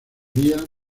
vías